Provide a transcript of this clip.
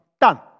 done